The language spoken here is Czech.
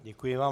Děkuji vám.